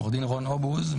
עו"ד רון אובוז,